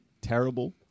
terrible